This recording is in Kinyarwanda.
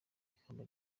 ikamba